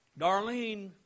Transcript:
Darlene